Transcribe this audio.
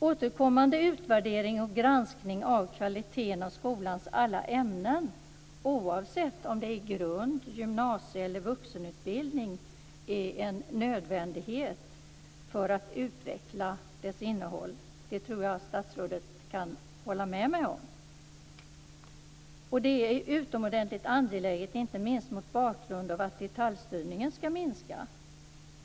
Återkommande utvärdering och granskning av kvaliteten av skolans alla ämnen, oavsett om det gäller grund-, gymnasie eller vuxenutbildning, är en nödvändighet för att utbildningens innehåll skall kunna utvecklas, det tror jag att statsrådet kan hålla med mig om. Det är utomordentligt angeläget, inte minst mot bakgrund av att detaljstyrningen skall minska.